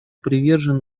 привержен